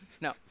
No